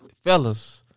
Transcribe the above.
Fellas